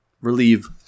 relieve